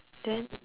then